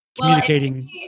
Communicating